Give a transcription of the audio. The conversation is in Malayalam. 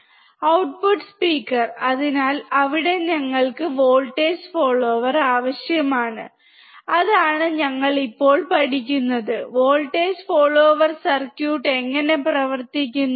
ഔട്ട്പുട്ട് സ്പീക്കർ അതിനാൽ അവിടെ ഞങ്ങൾക്ക് വോൾട്ടേജ് ഫോളോവർ ആവശ്യമാണ് അതാണ് ഞങ്ങൾ ഇപ്പോൾ പഠിക്കുന്നത് വോൾട്ടേജ് ഫോളോയർ സർക്യൂട്ട് എങ്ങനെ പ്രവർത്തിക്കുന്നു